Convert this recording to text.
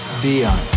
Dion